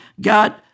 God